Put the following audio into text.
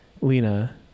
Lena